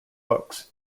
books